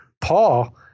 Paul